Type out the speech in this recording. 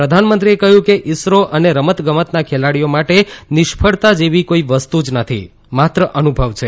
પ્રધાનમંત્રીએ કહ્યું કે ઇસરો અને રમતગમતના ખેલાડીઓ માટે નિષ્ફળતા જેવી કોઇ વસ્તુ જ નથી માત્ર અનુભવ છે